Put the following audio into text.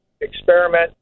experiment